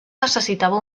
necessitava